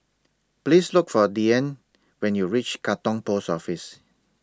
Please Look For Deanne when YOU REACH Katong Post Office